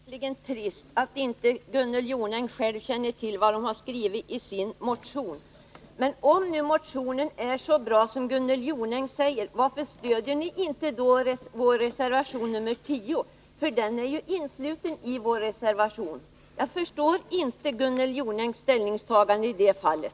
Herr talman! Jag tycker verkligen att det är trist att inte Gunnel Jonäng själv känner till vad hon har skrivit i sin motion. Men om nu motionen är så bra som Gunnel Jonäng säger, varför stöder ni inte då vår reservation 10? Motionen är ju innesluten i den reservationen. Jag förstår inte Gunnel Jonängs ställningstagande i det fallet.